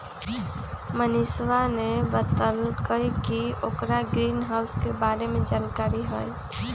मनीषवा ने बतल कई कि ओकरा ग्रीनहाउस के बारे में जानकारी हई